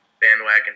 bandwagon